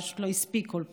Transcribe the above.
הוא פשוט לא הספיק בכל פעם,